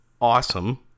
awesome